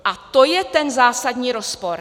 A to je ten zásadní rozpor.